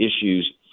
issues